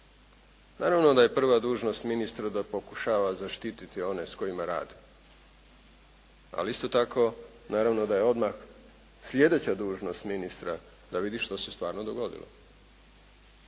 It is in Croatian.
Naravno da je prva dužnost ministru da pokušava zaštititi one s kojima radi, ali isto tako naravno da je odmah sljedeća dužnost ministra da vidi što se stvarno dogodilo